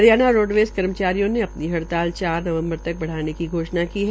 Haryana roadways कर्मचारियों अपनी हड़ताल चार नवम्बर तक बढ़ाने की घोषणा की है